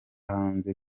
hanze